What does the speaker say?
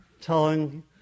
telling